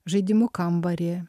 žaidimų kambarį